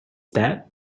that